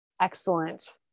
excellent